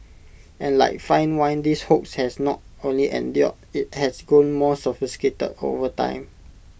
and like fine wine this hoax has not only endured IT has grown more sophisticated over time